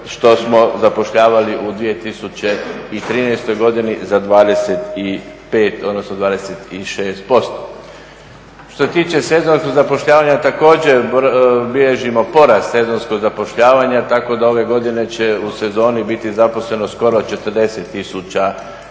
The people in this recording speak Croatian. što smo zapošljavali u 2013. godini za 25 odnosno 26%. Što se tiče sezonskog zapošljavanja, također bilježimo porast sezonskog zapošljavanja tako da ove godine će u sezoni biti zaposleno skoro 40 000